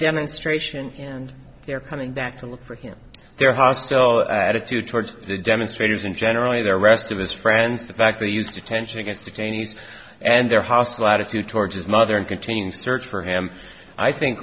demonstration and they're coming back to look for him they're hostile attitude towards the demonstrators and generally the rest of his friends to back the use detention against again he and their hostile attitude towards his mother and containing search for him i think